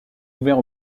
ouvert